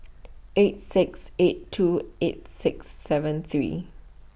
eight six eight two eight six seven three